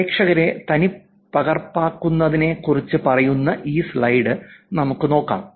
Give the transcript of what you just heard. പ്രേക്ഷകരെ തനിപ്പകർപ്പാക്കുന്നതിനെക്കുറിച്ച് പറയുന്ന ഈ സ്ലൈഡ് നമുക്ക് നോക്കാം